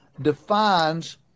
defines